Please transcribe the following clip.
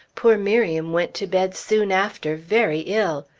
poor miriam went to bed soon after, very ill.